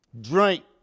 Drink